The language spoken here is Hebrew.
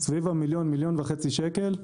סביב מיליון-מיליון וחצי שקל,